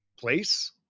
place